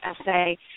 essay